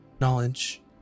knowledge